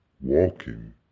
walking